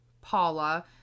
Paula